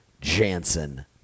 Jansen